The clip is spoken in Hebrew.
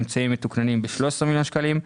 אמצעים מתוקננים ב-13 מיליון שקלים,